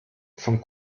von